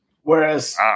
Whereas